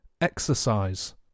exercise